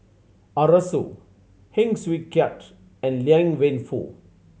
Arasu Heng Swee Keat and Liang Wenfu